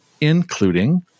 including